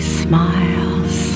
smiles